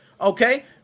okay